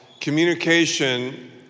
communication